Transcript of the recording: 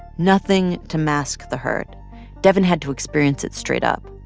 nothing to mask the hurt devyn had to experience it straight-up.